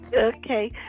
Okay